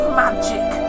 magic